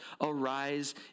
arise